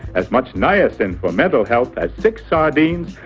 as much niacin for mental health as six sardines,